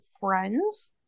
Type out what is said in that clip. friends